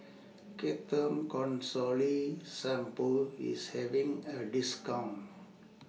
Ketoconazole Shampoo IS having A discount